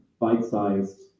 bite-sized